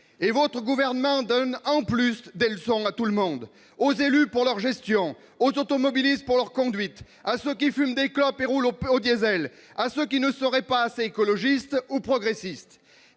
se permet néanmoins de donner des leçons à tout le monde : aux élus pour leur gestion, aux automobilistes pour leur conduite, à ceux qui fument des clopes et roulent au diesel, à ceux qui ne seraient pas assez écologistes ou progressistes